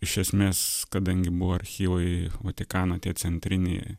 iš esmės kadangi buvo archyvai vatikano tie centriniai